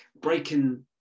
breaking